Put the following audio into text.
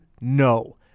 no